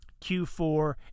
Q4